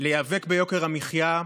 להיאבק ביוקר המחיה,